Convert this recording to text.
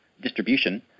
distribution